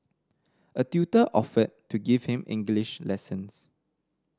a tutor offered to give him English lessons